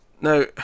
Now